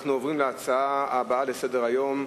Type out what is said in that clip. אנחנו עוברים להצעות הבאות לסדר-היום: